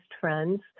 friends